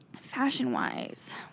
fashion-wise